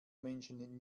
menschen